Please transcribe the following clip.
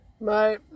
Mate